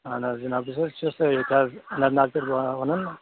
اَہن حظ جِناب تُہۍ چھِو حظ ٹھیٖک پٲٹھۍ یتہِ حظ اننت ناگ پٮ۪ٹھ وَنان